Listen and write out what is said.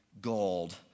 gold